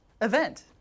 event